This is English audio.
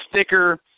thicker